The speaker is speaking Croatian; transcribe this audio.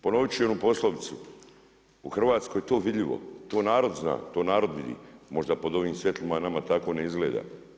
Ponovit ću i onu poslovicu, u Hrvatskoj je to vidljivo, to narod zna, to narod vidi, možda pod ovim svjetlima nama tako ne izgleda.